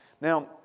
Now